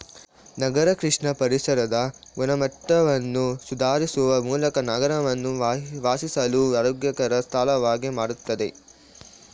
ನಗರ ಕೃಷಿ ಪರಿಸರದ ಗುಣಮಟ್ಟವನ್ನು ಸುಧಾರಿಸುವ ಮೂಲಕ ನಗರವನ್ನು ವಾಸಿಸಲು ಆರೋಗ್ಯಕರ ಸ್ಥಳವಾಗಿ ಮಾಡ್ತದೆ